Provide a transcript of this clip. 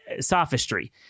sophistry